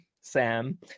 Sam